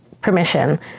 permission